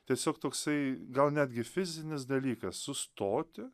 tiesiog toksai gal netgi fizinis dalykas sustoti